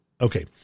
Okay